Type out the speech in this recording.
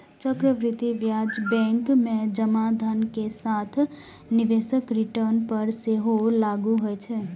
चक्रवृद्धि ब्याज बैंक मे जमा धन के साथ निवेशक रिटर्न पर सेहो लागू होइ छै